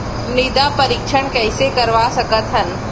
मृदा परीक्षण कइसे करवा सकत हन?